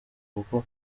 kuko